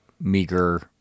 meager